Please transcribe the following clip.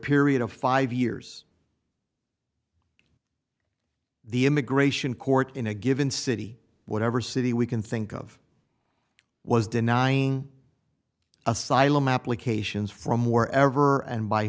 period of five years the immigration court in a given city whatever city we can think of was denying asylum applications from wherever and by